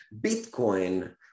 Bitcoin